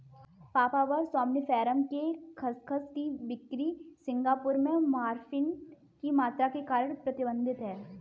papaver somniferum के खसखस की बिक्री सिंगापुर में मॉर्फिन की मात्रा के कारण प्रतिबंधित है